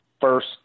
first